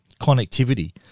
connectivity